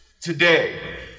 today